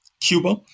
Cuba